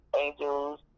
Angels